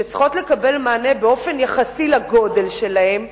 שצריכות לקבל מענה באופן יחסי לגודל שלהן,